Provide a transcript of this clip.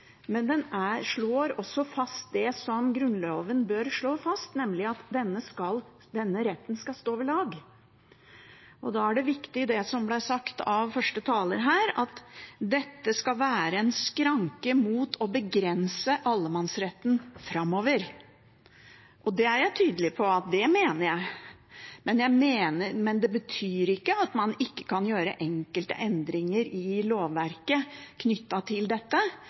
men den slår også fast det som Grunnloven bør slå fast, nemlig at denne retten skal stå ved lag. Da er det viktig, som det ble sagt av første taler, at dette skal være en skranke mot å begrense allemannsretten framover. Det er jeg tydelig på at jeg mener. Det betyr ikke at man ikke kan gjøre enkelte endringer i lovverket knyttet til dette,